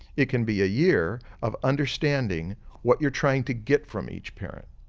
it can be a year of understanding what you're trying to get from each parent.